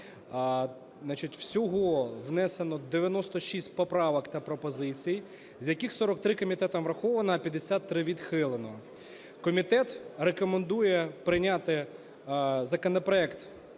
Всього внесено 96 поправок та пропозицій, з яких 43 комітетом враховано, а 53 – відхилено. Комітет рекомендує прийняти законопроект